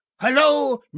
Hello